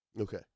Okay